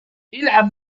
ألعب